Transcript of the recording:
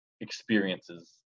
experiences